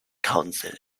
council